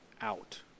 out